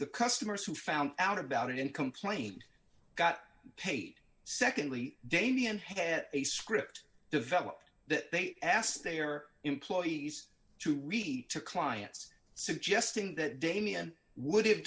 the customers who found out about it in complaint got paid secondly damien had a script developed that they asked their employees to read to clients suggesting that damien would